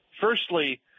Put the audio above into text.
Firstly